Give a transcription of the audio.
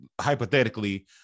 hypothetically